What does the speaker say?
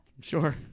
Sure